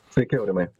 sveiki aurimai